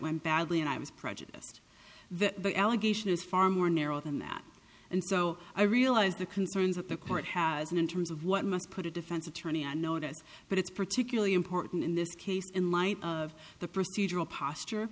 went badly and i was prejudiced the allegation is far more narrow than that and so i realize the concerns that the court has and in terms of what must put a defense attorney on notice but it's particularly important in this case in light of the procedural posture